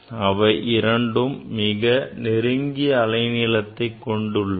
அவை இரண்டும் மிக நெருங்கிய அலை நீளத்தை கொண்டுள்ளன